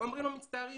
אומרים לו: מצטערים,